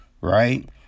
right